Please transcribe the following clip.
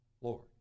Lord